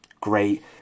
great